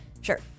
Sure